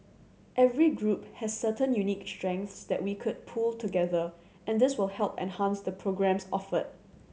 every group has certain unique strengths that we could pool together and this will help enhance the programmes offered